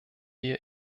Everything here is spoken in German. wir